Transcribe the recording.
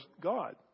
God